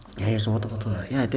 ya it's a water bottle ya I told you